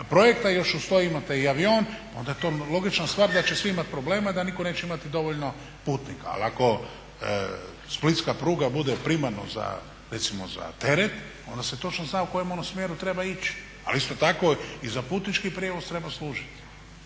projekta i još uz to imate i avion, pa to je onda logična stvar da će svi imati problema i da nitko neće imati dovoljno putnika. Ali ako splitska pruga bude primarno za, recimo za teret, onda se točno zna u kojem ono smjeru treba ići. A isto tako i za putnički prijevoz treba služiti.